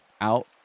out